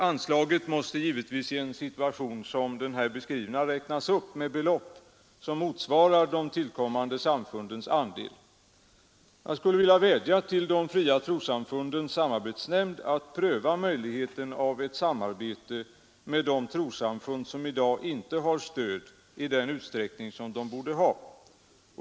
Anslaget måste givetvis i en situation som den här beskrivna räknas upp med belopp som motsvarar de tillkommande samfundens andel. Jag skulle vilja vädja till de fria trossamfundens samarbetsnämnd att pröva möjligheten av ett samarbete med de trossamfund som i dag inte har stöd i den utsträckning de borde ha.